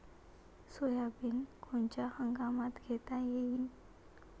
Soybean कोनच्या हंगामात घेता येईन?